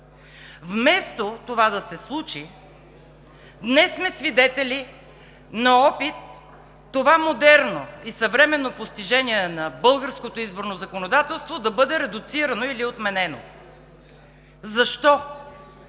Вместо да се случи, днес сме свидетели на опит това модерно и съвременно постижение на българското изборно законодателство да бъде редуцирано или отменено.